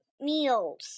meals